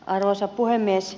arvoisa puhemies